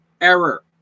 error